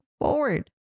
forward